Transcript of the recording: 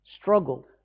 struggled